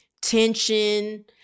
tension